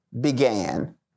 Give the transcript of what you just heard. began